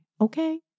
Okay